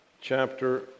chapter